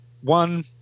One